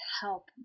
help